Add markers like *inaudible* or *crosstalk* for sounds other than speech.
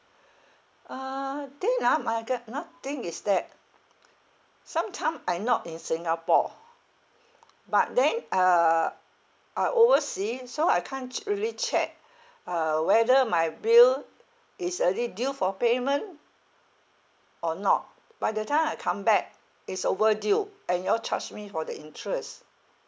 uh thing ah my ge~ anothing thing is that *noise* sometime I not in singapore but then uh I overseas so I can't ch~ really check uh whether my bill is already due for payment or not by the time I come back it's overdue and you all charge me for the interest